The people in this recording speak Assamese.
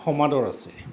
সমাদৰ আছে